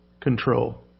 control